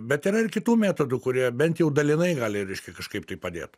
bet yra ir kitų metodų kurie bent jau dalinai gali reiškia kažkaip tai padėt